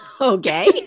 Okay